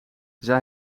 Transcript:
zij